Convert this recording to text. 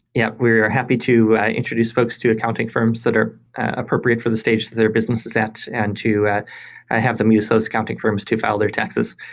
yeah, we're happy to introduce folks to accounting firms that are appropriate for the stage that their business is at and to have them use those accounting firms to file their taxes.